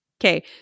Okay